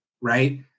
right